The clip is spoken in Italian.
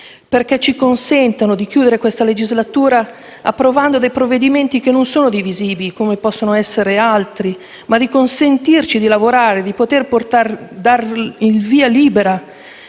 perché ci consentano di chiudere questa legislatura approvando dei provvedimenti che non sono divisivi, come possono essere altri, e che ci permettano di lavorare e di dare il via libera